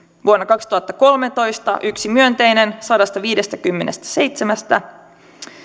vuonna kaksituhattakolmetoista yksi myönteinen sadastaviidestäkymmenestäseitsemästä